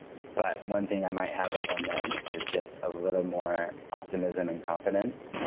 but one thing i might have up on them is just a little more optimism and confidence,